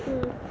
mm